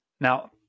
now